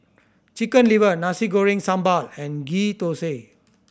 Chicken Liver Nasi Goreng Sambal and Ghee Thosai